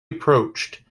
approached